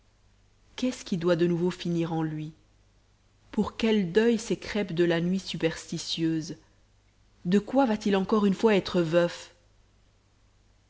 qu'est-ce qui doit de nouveau finir en lui pour quel deuil ces crêpes de la nuit superstitieuse de quoi va-t-il encore une fois être veuf